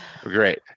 Great